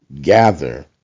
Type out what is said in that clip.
gather